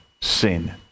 sin